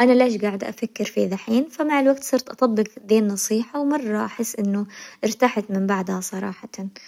أنا ليش قاعدة أفكر فيه ذحين؟ فمع الوقت صرت أطبق ذي النصيحة ومرة أحس إنه ارتحت من بعدها صراحةً.